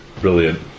Brilliant